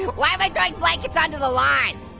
um why am i throwing blankets onto the lawn?